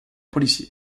policier